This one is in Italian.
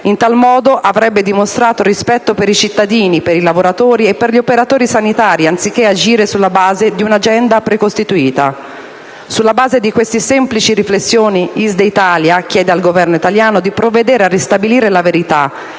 In tal modo avrebbe dimostrato rispetto per i cittadini, per i lavoratori e per gli operatori sanitari anziché agire sulla base di un'agenda precostituita. Sulla base di queste semplice riflessioni ISDE Italia chiede al Governo italiano di provvedere a ristabilire la verità